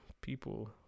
people